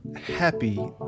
happy